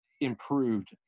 improved